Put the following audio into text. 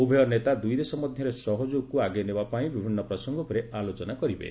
ଉଭୟ ନେତା ଦୁଇଦେଶ ମଧ୍ୟରେ ସହଯୋଗକୁ ଆଗେଇନେବା ପାଇଁ ବିଭିନ୍ନ ପ୍ରସଙ୍ଗ ଉପରେ ଆଲୋଚନା କରିବେ